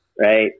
right